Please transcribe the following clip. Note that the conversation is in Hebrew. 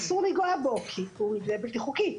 אסור לנגוע בו כי זה יהיה בלתי חוקי,